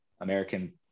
American